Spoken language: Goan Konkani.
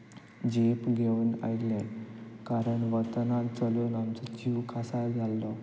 जीप घेवन आयले कारण वतना चलून आमचो जीव कांसार जाल्लो